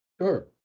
Sure